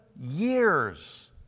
years